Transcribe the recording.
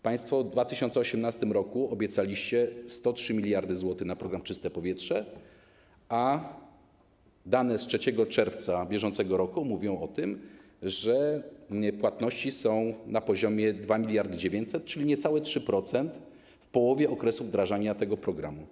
Państwo w 2018 r. obiecaliście 103 mld zł na program ˝Czyste powietrze˝, a dane z 3 czerwca br. mówią o tym, że płatności są na poziomie 2900 mln, czyli niecałe 3% w połowie okresu wdrażania tego programu.